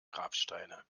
grabsteine